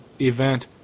event